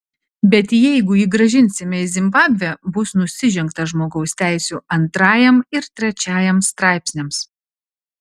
bet jeigu jį grąžinsime į zimbabvę bus nusižengta žmogaus teisių antrajam ir trečiajam straipsniams